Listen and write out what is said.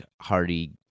Hardy